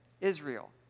Israel